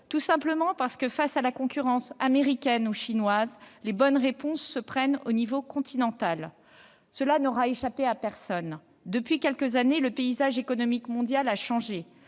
une simple et bonne raison : face à la concurrence américaine ou chinoise, les bonnes réponses doivent être apportées au niveau continental. Cela n'aura échappé à personne : depuis quelques années, le paysage économique mondial a changé.